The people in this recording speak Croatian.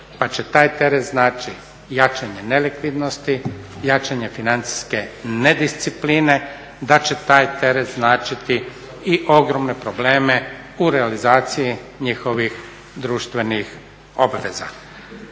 pa će taj teret značiti jačanje nelikvidnosti, jačanje financijske nediscipline, da će taj teret značiti i ogromne probleme u realizaciji njihovih društvenih obveza.